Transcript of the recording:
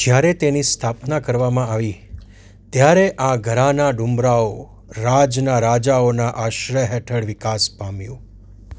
જ્યારે તેની સ્થાપના કરવામાં આવી ત્યારે આ ઘરાના ડુમરાઓ રાજના રાજાઓના આશ્રય હેઠળ વિકાસ પામ્યું